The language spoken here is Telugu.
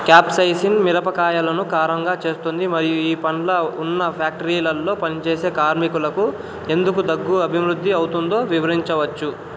క్యాప్సైసిన్ మిరపకాయలను కారంగా చేస్తుంది మరియు ఈ పండ్లు ఉన్న ఫ్యాక్టరీలలో పనిచేసే కార్మికులకు ఎందుకు దగ్గు అభివృద్ధి అవుతోందో వివరించవచ్చు